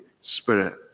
Spirit